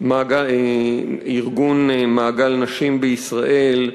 ארגון "מעגל נשים בישראל",